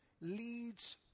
leads